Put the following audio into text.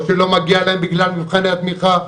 או שלא מגיע להן בגלל מבחני התמיכה,